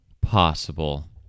possible